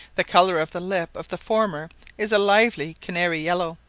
the colour of the lip of the former is a lively canary yellow,